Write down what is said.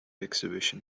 exhibition